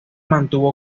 mantuvo